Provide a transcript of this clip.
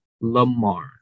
Lamar